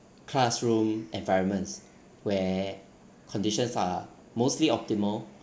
classroom environments where conditions are mostly optimal